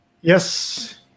yes